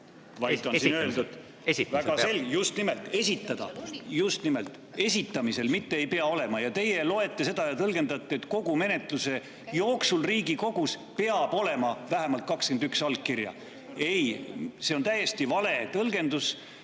Esitamisel, esitamisel peab. Just nimelt! Just nimelt, esitamisel, mitte ei pea olema. Ja teie loete seda ja tõlgendate, et kogu menetluse jooksul Riigikogus peab olema vähemalt 21 allkirja. Ei, see on täiesti vale tõlgendus